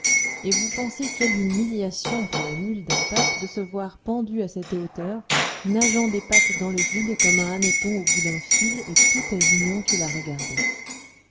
et vous pensez quelle humiliation pour la mule d'un pape de se voir pendue à cette hauteur nageant des pattes dans le vide comme un hanneton au bout d'un fil et tout avignon qui la regardait